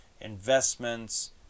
investments